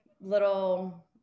little